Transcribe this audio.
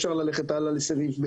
אפשר להתקדם הלאה לסעיף (ב).